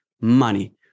Money